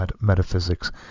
metaphysics